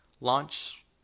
launch